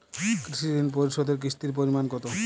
কৃষি ঋণ পরিশোধের কিস্তির পরিমাণ কতো?